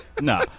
No